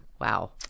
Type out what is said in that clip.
Wow